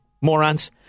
Morons